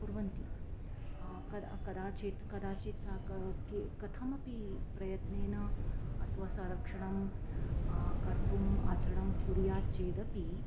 कुर्वन्ति कदाचित् कदाचित् सा का के कथमपि प्रयत्नेन अ स्वसरक्षणं कर्तुम् आचरणं कुर्यात् चेदपि